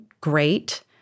great